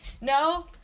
No